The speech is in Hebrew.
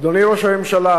אדוני ראש הממשלה,